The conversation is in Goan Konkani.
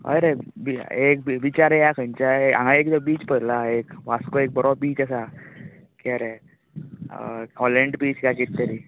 हय रे बी एक बी बिचार या खंयचाय हांगा एक बीच पयला एक वास्को एक बरो बीच आसा किये रे हॉलैंड बीच काय कीत तरी